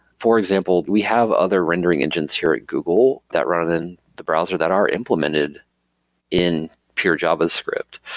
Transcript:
for example, we have other rendering engines here at google that rather than the browser that are implemented in pure javascript.